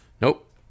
Nope